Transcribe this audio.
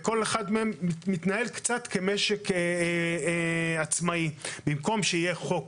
אבל כל אחד מהם מתנהל קצת כמשק עצמאי במקום שיהיה חוק